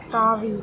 தாவி